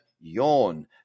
Yawn